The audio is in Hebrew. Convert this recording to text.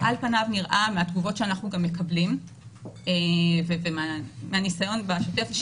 שעל פניו נראה מהתגובות שאנחנו גם מקבלים ומהניסיון בשוטף,